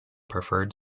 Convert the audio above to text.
preferred